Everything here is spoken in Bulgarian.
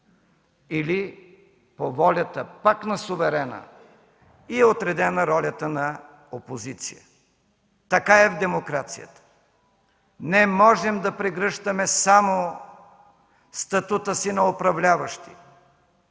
или, по волята пак на суверена, й е отредена ролята на опозиция. Така е в демокрацията. Не можем да прегръщаме само статута си на управляващи.